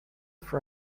for